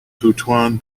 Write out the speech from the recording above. butuan